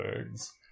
eggs